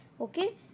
okay